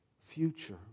future